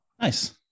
Nice